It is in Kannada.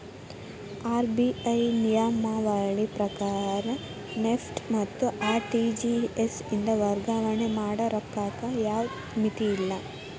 ಆರ್.ಬಿ.ಐ ನಿಯಮಾವಳಿ ಪ್ರಕಾರ ನೆಫ್ಟ್ ಮತ್ತ ಆರ್.ಟಿ.ಜಿ.ಎಸ್ ಇಂದ ವರ್ಗಾವಣೆ ಮಾಡ ರೊಕ್ಕಕ್ಕ ಯಾವ್ದ್ ಮಿತಿಯಿಲ್ಲ